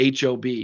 HOB